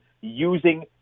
using